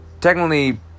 technically